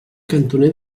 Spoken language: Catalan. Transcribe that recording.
cantoner